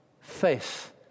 faith